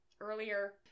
earlier